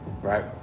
Right